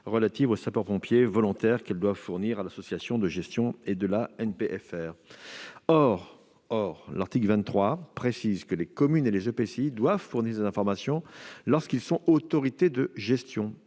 relatives aux sapeurs-pompiers volontaires qu'ils doivent fournir à l'APFR. Or l'article 23 précise que les communes et les EPCI doivent fournir ces informations lorsqu'ils sont autorités de gestion